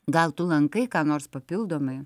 gal tu lankai ką nors papildomai